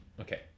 okay